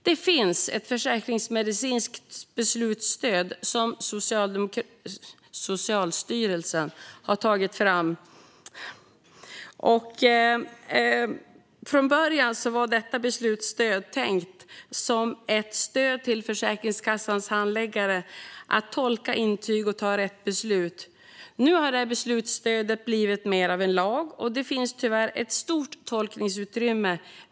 Det finns ett försäkringsmedicinskt beslutsstöd som Socialstyrelsen har tagit fram. Från början var detta beslutsstöd tänkt som ett stöd till Försäkringskassans handläggare i arbetet med att tolka intyg och ta rätt beslut. Nu har detta beslutsstöd blivit mer av en lag, och det finns tyvärr ett stort tolkningsutrymme.